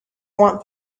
want